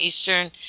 Eastern